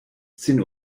sin